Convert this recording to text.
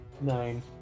Nine